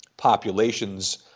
populations